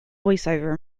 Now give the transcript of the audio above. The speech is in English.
voiceover